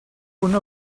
una